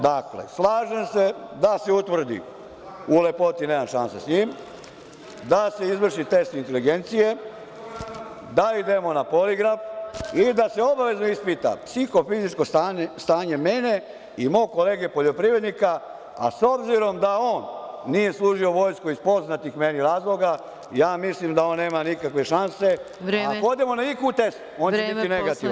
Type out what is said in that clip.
Dakle, slažem se da se utvrdi, u lepoti nemam šanse sa njim, da se izvrši test inteligencije, da idemo na poligraf i da se obavezno ispita psihofizičko stanje mene i mog kolege poljoprivrednika, a s obzirom da on nije služio vojsku iz poznatih meni razloga, ja mislim da on nema nikakve šanse, a ako odemo IQ test on će biti negativan.